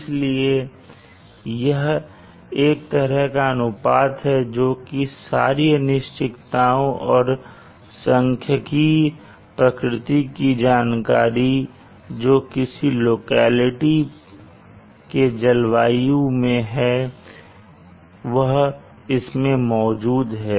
इसलिए यह एक तरह का अनुपात है जो सभी अनिश्चितआएं और संख्यिकीय प्रकृति की जानकारी जो किसी लोकेलिटी के जलवायु मैं है वह इसमें मौजूद है